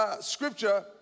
Scripture